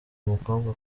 mukobwa